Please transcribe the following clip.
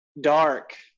dark